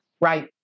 Right